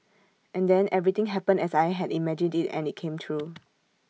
and then everything happened as I had imagined IT and IT came true